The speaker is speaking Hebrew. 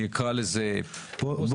אני אקרא לזה --- בוא,